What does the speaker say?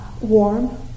warm